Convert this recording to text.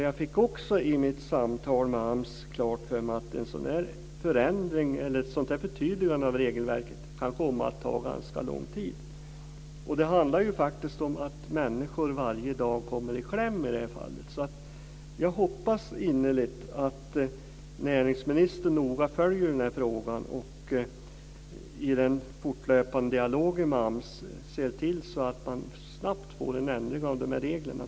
Jag fick också i mitt samtal med AMS klart för mig att ett sådant förtydligande av regelverket kan ta ganska lång tid. Det handlar om att människor varje dag kommer i kläm. Jag hoppas innerligt att näringsministern noga följer frågan och i den fortlöpande dialogen med AMS ser till att det blir en snabb ändring av reglerna.